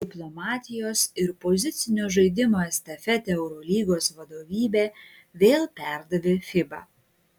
diplomatijos ir pozicinio žaidimo estafetę eurolygos vadovybė vėl perdavė fiba